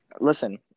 Listen